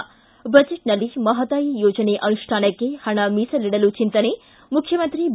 ಿ ಬಜೆಟ್ನಲ್ಲಿ ಮಹದಾಯಿ ಯೋಜನೆ ಅನುಷ್ಟಾನಕ್ಕೆ ಪಣ ಮೀಸಲಿಡಲು ಚಿಂತನೆ ಮುಖ್ಯಮಂತ್ರಿ ಬಿ